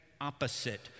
opposite